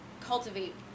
cultivate